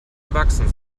erwachsen